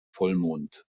vollmond